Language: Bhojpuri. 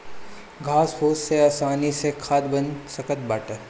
घास फूस से आसानी से खाद बन सकत बाटे